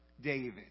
David